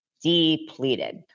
depleted